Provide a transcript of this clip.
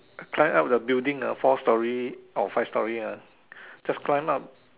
climb up the building ah four story or five story ah just climb up